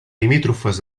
limítrofes